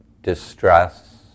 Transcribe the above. distress